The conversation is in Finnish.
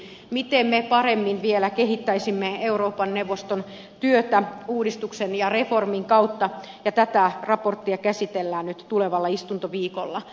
miten me paremmin vielä kehittäisimme euroopan neuvoston työtä uudistuksen ja reformin kautta tätä raporttia käsitellään nyt tulevalla istuntoviikolla